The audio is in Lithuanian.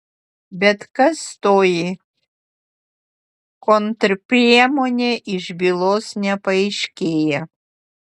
bet kas toji kontrpriemonė iš bylos nepaaiškėja